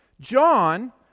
John